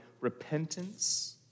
repentance